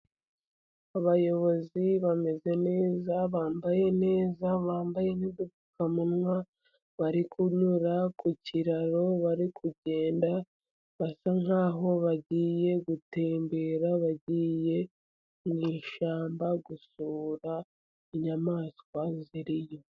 Abayobozi bameze neza, bambaye neza, bambaye n’udupfukamunwa, bari kunyura ku kiraro, bari kugenda basa nk’aho bagiye gutembera, bagiye mu ishyamba gusura inyamaswa ziriyo.